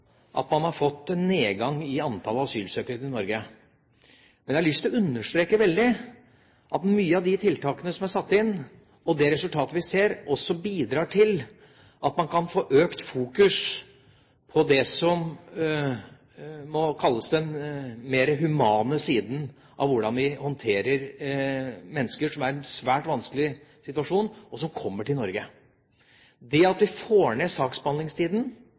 at man har fått nedgang i antallet asylsøkere til Norge. Men jeg har lyst til å understreke veldig sterkt at mange av de tiltakene som er satt inn, og det resultatet vi ser, også bidrar til at man kan få økt fokus på det som må kalles den mer humane siden av hvordan vi håndterer mennesker som er i en svært vanskelig situasjon, som kommer til Norge. Det at vi får ned saksbehandlingstiden,